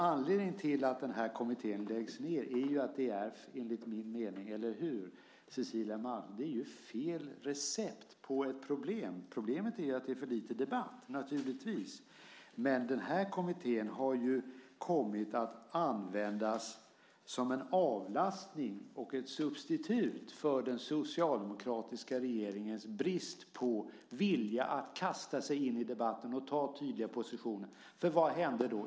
Anledningen till att den här kommittén läggs ned är att det, enligt min mening, är fel recept på ett problem - eller hur, Cecilia Malmström? Problemet är naturligtvis att det är för lite debatt. Men den här kommittén har ju kommit att användas som en avlastning och ett substitut med tanke på den socialdemokratiska regeringens brist på vilja att kasta sig in i debatten och ta tydliga positioner. För vad hände då?